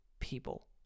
people